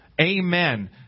amen